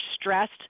stressed